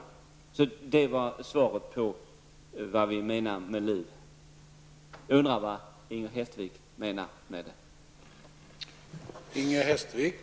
Det är mitt svar på frågan om vad vi i miljöpartiet menar med liv. Jag undrar bara vad Inger Hestvik menar med liv.